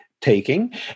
taking